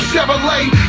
Chevrolet